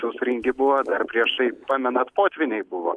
sausringi buvo dar priešai pamenat potvyniai buvo